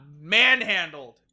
manhandled